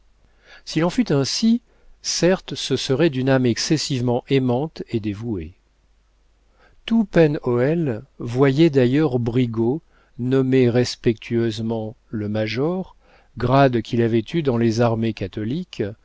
s'il en fut ainsi certes ce serait d'une âme excessivement aimante et dévouée tout pen hoël voyait d'ailleurs brigaut nommé respectueusement le major grade qu'il avait eu dans les armées catholiques